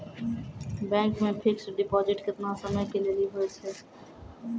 Bank मे fixed deposit केतना समय के लेली होय छै?